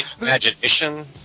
Imagination